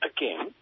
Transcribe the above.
Again